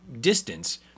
distance